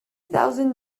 thousand